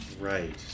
Right